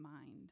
mind